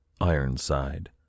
Ironside